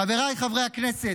חבריי חברי הכנסת,